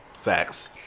Facts